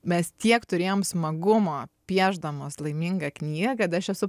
mes tiek turėjom smagumo piešdamos laimingą knygą kad aš esu